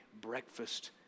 breakfast